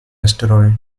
asteroid